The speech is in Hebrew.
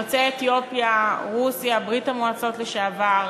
יוצאי אתיופיה, רוסיה, ברית-המועצות לשעבר.